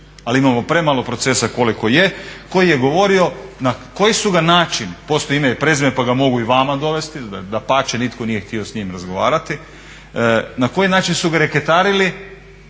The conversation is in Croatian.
ali imamo premalo procesa koliko je koji je govorio na koji su ga način, postoji ime i prezime pa ga mogu i vama dovesti, dapače nitko nije htio s njim razgovarati, na koji način su ga reketarili